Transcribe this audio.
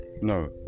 no